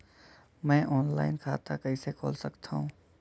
मैं ऑनलाइन खाता कइसे खोल सकथव?